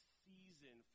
season